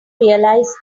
realize